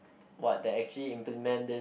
what they actually implement this